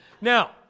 Now